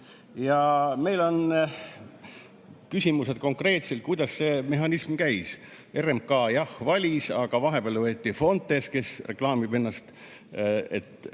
on küsimused, konkreetselt, kuidas see mehhanism käis. RMK, jah, valis, aga vahepeal võeti Fontes, kes reklaamib ennast, et